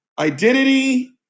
Identity